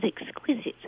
exquisite